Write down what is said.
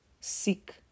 seek